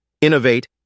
innovate